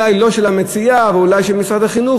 אולי לא של המציעה ואולי של משרד החינוך,